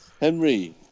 Henry